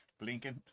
Blinking